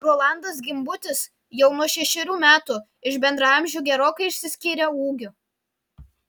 rolandas gimbutis jau nuo šešerių metų iš bendraamžių gerokai išsiskyrė ūgiu